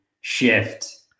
shift